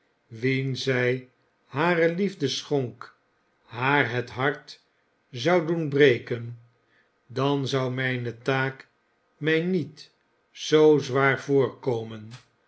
wien zij hare liefde schonk haar het hart zou doen breken dan zou mijne taak mij niet zoo zwaar voorkomen